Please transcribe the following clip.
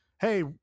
Hey